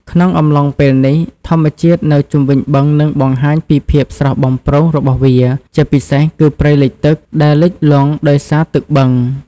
ក្នុងអំឡុងពេលនេះ ធម្មជាតិនៅជុំវិញបឹងនឹងបង្ហាញពីភាពស្រស់បំព្រងរបស់វា ជាពិសេសគឺ ព្រៃលិចទឹក ដែលលិចលង់ដោយសារទឹកបឹង។